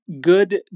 good